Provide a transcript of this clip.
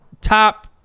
top-